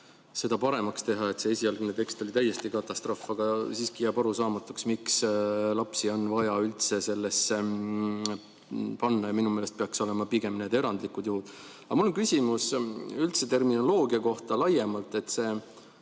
seda paremaks teha, sest see esialgne tekst oli täiesti katastroof. Aga siiski jääb arusaamatuks, miks lapsi on vaja üldse sellesse panna, ja minu meelest peaksid need olema pigem erandlikud juhud. Aga mul on küsimus üldse terminoloogia kohta laiemalt, see